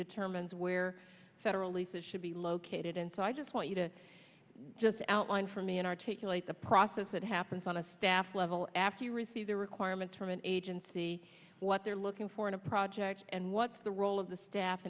determines where federally fit should be located and so i just want you to just outline for me and articulate the process that happens on a staff level after you receive the requirements from an agency what they're looking for in a project and what's the role of the staff